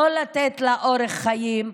לא לתת לה אורך חיים,